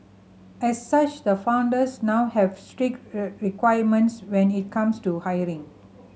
as such the founders now have strict requirements when it comes to hiring